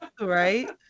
Right